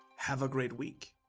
have a great week,